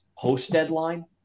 Post-deadline